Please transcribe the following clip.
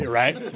right